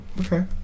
Okay